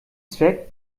zweck